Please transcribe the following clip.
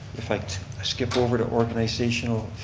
if i skip over to organizational.